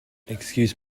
excuse